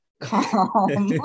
calm